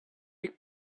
brake